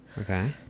Okay